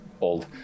old